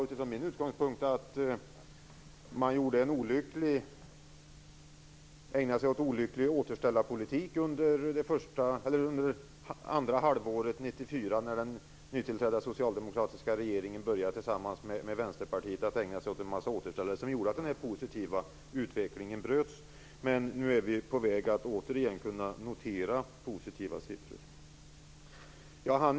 Utifrån min utgångspunkt tycker jag att den nytillträdda socialdemokratiska regeringen tillsammans med Vänsterpartiet ägnade sig åt en olycklig återställarpolitik under det andra halvåret 1994. Det gjorde att den positiva utveckling bröts. Men nu är vi på väg att återigen kunna notera positiva siffror.